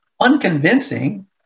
unconvincing